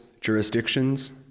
jurisdictions